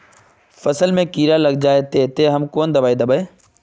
फसल में कीड़ा लग जाए ते, ते हम कौन दबाई दबे?